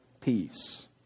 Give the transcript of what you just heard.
peace